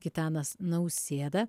gitanas nausėda